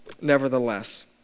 nevertheless